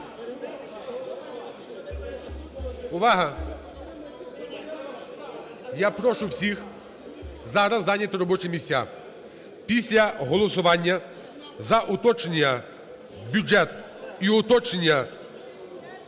увага! Увага! Я прошу всіх зараз зайняти робочі місця, після голосування за уточнення в бюджет і уточнення